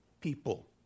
people